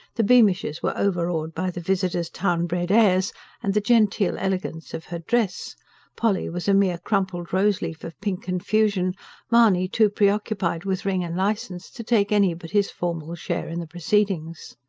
the beamishes were overawed by the visitor's town-bred airs and the genteel elegance of her dress polly was a mere crumpled rose-leaf of pink confusion mahony too preoccupied with ring and licence to take any but his formal share in the proceedings.